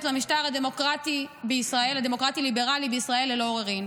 למשטר דמוקרטי ליברלי בישראל ללא עוררין.